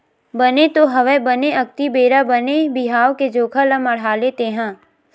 बने तो हवय बने अक्ती बेरा बने बिहाव के जोखा ल मड़हाले तेंहा